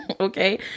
Okay